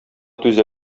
түзә